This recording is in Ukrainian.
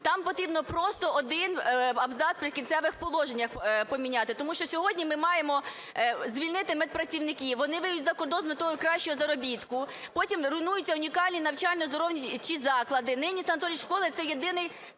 Там потрібно просто один абзац в "Прикінцевих положеннях" поміняти, тому що сьогодні ми маємо звільнити медпрацівників, вони виїздять за кордон з метою кращого заробітку. Потім руйнуються унікальні навчальні оздоровчі заклади. Нині санаторії-школи – це єдиний